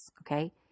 okay